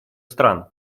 стран